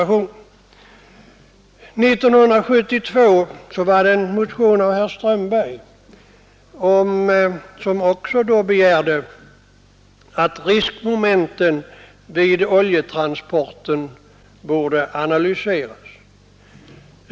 År 1972 väcktes en motion av herr Strömberg med begäran att riskmomenten vid oljetransporter borde analyseras.